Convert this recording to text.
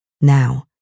Now